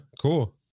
cool